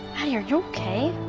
are you okay?